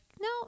no